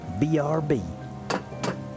BRB